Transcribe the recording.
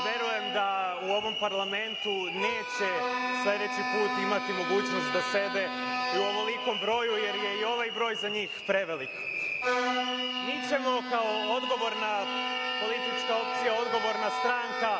verujem da u ovom parlamentu neće sledeći put imati mogućnost da sede u ovolikom broju jer je i ovaj broj za njih prevelik. Mi ćemo kao odgovorna politička opcija i stranka,